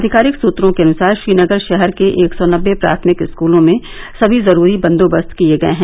अधिकारिक सत्रों के अनुसार श्रीनगर शहर के एक सौ नब्बे प्राथमिक स्कलों में सभी जरूरी बंदोबस्त किये गये हैं